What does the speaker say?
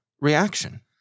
reaction